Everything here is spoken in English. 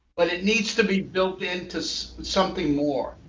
but it needs to be built into so something more.